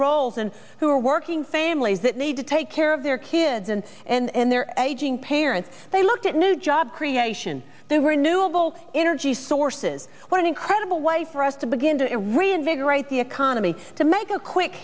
rolls and who are working families that need to take care of their kids and and their aging parents they looked at new job creation they were new level energy sources what an incredible way for us to begin to reinvigorate the economy to make a quick